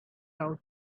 out